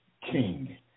King